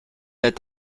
that